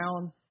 down